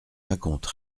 raconte